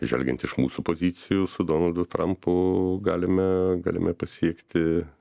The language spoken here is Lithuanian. žvelgiant iš mūsų pozicijų su donaldu trampu galime galime pasiekti